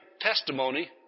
testimony